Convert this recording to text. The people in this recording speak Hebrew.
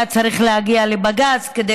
היה צריך להגיע לבג"ץ כדי